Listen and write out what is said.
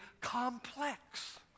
complex